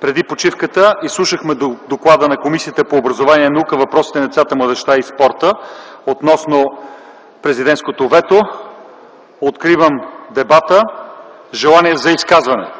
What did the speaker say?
Преди почивката изслушахме Доклада на Комисията по образованието, науката и въпросите на децата, младежта и спорта относно президентското вето. Откривам дебата. Желания за изказване?